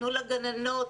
תנו לגננות,